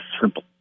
simple